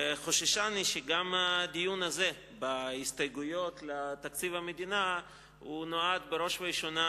חוששני שגם הדיון הזה בהסתייגויות לתקציב המדינה נועד בראש ובראשונה